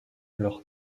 leur